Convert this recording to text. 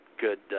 good